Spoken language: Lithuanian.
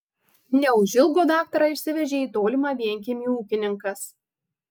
neužilgo daktarą išsivežė į tolimą vienkiemį ūkininkas